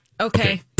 Okay